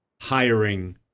hiring